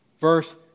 Verse